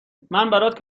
برات